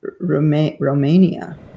Romania